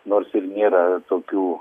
nors ir nėra tokių